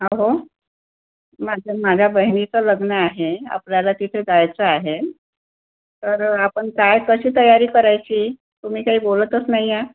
अहो माझं माझ्या बहिणीचं लग्न आहे आपल्याला तिथे जायचं आहे तर आपण काय कशी तयारी करायची तुम्ही काही बोलतच नाहीआ